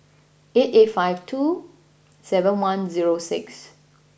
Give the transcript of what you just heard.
eight eight five two seven one zero six